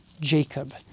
Jacob